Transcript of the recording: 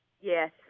Yes